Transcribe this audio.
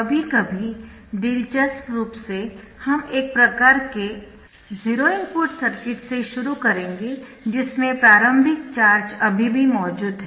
कभी कभी दिलचस्प रूप से हम एक प्रकार के जीरो इनपुट सर्किट से शुरू करेंगे जिसमें प्रारंभिक चार्ज अभी भी मौजूद है